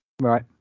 right